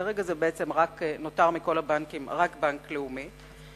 כרגע מכל הבנקים נותר רק בנק לאומי,